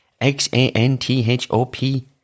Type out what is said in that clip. X-A-N-T-H-O-P